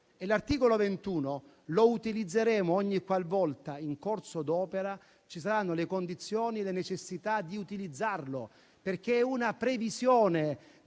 L'articolo 21 lo utilizzeremo ogni qualvolta, in corso d'opera, ci saranno le condizioni e le necessità di utilizzarlo, perché è una previsione